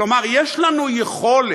כלומר, יש לנו יכולת.